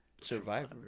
Survivor